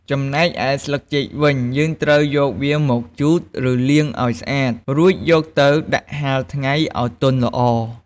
ចំណែកឯស្លឹកចេកវិញ យើងត្រូវយកវាមកជូត ឬលាងឱ្យស្អាត រួចយកទៅដាក់ហាលថ្ងៃឱ្យទន់ល្អ។